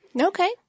Okay